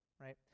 right